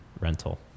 rental